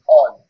on